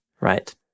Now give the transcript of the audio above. Right